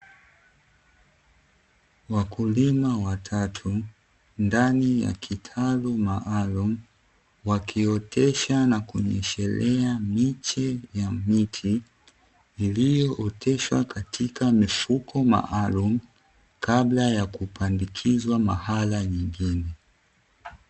Wakulima watatu ndani ya kitalu maalumu, wakiotesha na kunyeshelea miche ya miti; iliyooteshwa katika mifuko maalumu kabla ya kupandikizwa mahali nyingine.